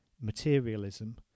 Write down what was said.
materialism